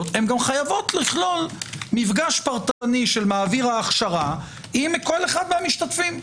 הן גם חייבות לכלול מפגש פרטני של מעביר ההכשרה עם כל אחד המשתתפים.